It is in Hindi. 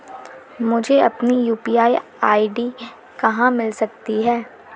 मुझे अपनी यू.पी.आई आई.डी कहां मिल सकती है?